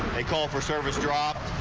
they call for service drop.